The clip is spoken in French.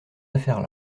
affaires